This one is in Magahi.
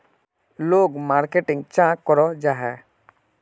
लोग मार्केटिंग चाँ करो जाहा?